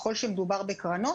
ככל שמדובר בקרנות,